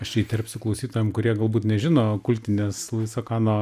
aš čia įterpsiu klausytojam kurie galbūt nežino kultinės luiso kano